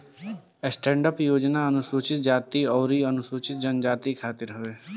stand up योजना अनुसूचित जाती अउरी अनुसूचित जनजाति खातिर हवे